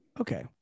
okay